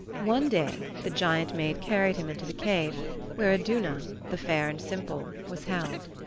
one day the giant maid carried him into the cave where iduna, the fair and simple, was held.